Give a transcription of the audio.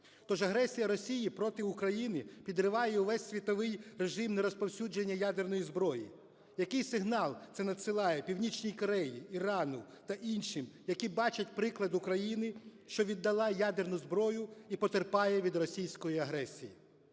То ж агресія Росії проти України підриває весь світовий режим нерозповсюдження ядерної зброї. Який сигнал це надсилає Північній Кореї, Ірану та іншим, які бачать приклад України, що віддала ядерну зброю і потерпає від російської агресії?